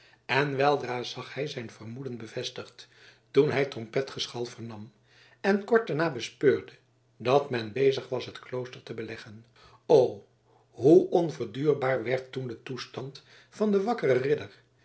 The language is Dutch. en weldra zag hij zijn vermoeden bevestigd toen hij trompetgeschal vernam en kort daarna bespeurde dat men bezig was het klooster te beleggen o hoe onverduurbaar werd toen de toestand van den wakkeren ridder